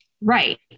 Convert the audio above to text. Right